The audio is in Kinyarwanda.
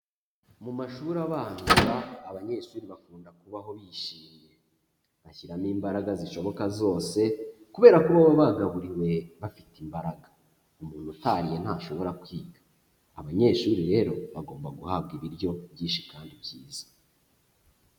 Mu mashuri abanza abanyeshuri bakunda kubaho bishimye, bashyiramo imbaraga zishoboka zose kubera ko baba bagaburiwe bafite imbaraga, umuntu utariye ntashobora kwiga, abanyeshuri rero bagomba guhabwa ibiryo byinshi kandi byiza.